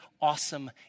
awesome